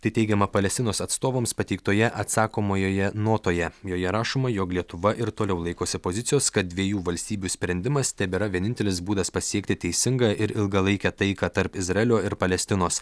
tai teigiama palestinos atstovams pateiktoje atsakomojoje notoje joje rašoma jog lietuva ir toliau laikosi pozicijos kad dviejų valstybių sprendimas tebėra vienintelis būdas pasiekti teisingą ir ilgalaikę taiką tarp izraelio ir palestinos